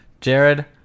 Jared